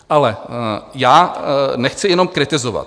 Ale já nechci jenom kritizovat.